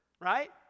Right